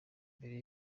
mbere